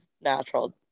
natural